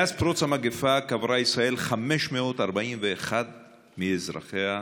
מאז פרוץ המגפה קברה ישראל 541 מאזרחיה ואזרחיותיה.